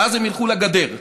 ואז הם ילכו לגדר?